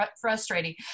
frustrating